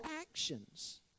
actions